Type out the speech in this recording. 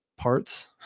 parts